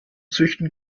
züchten